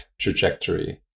trajectory